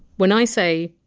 when i say!